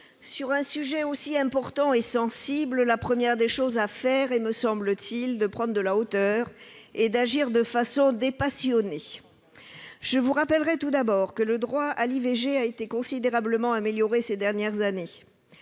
sur un sujet aussi important et sensible, la première des choses à faire est, me semble-t-il, de prendre de la hauteur et d'agir de façon dépassionnée. Je rappelle tout d'abord que le droit à l'IVG a été considérablement amélioré ces dernières années.